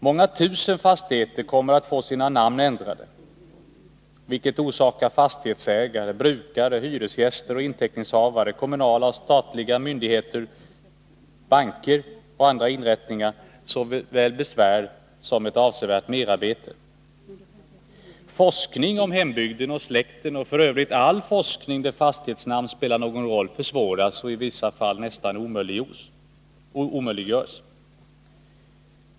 Många tusen fastigheter kommer att få sina namn ändrade, vilket orsakar fastighetsägare, brukare, hyresgäster, inteckningshavare, kommunala och statliga myndigheter samt banker och andra inrättningar såväl besvär som ett avsevärt merarbete. Forskning om hembygden och släkten och f.ö. all forskning där fastighetsnamnen spelar någon roll försvåras och i vissa fall nästan omöjliggörs.